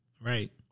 right